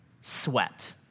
sweat